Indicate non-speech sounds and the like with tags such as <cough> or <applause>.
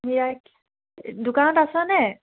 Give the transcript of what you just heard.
<unintelligible> দোকানত আছানে